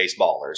baseballers